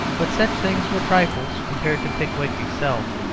but such things were trifles compared to pickwick itself.